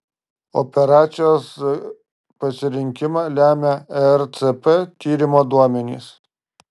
operacijos pasirinkimą lemia ercp tyrimo duomenys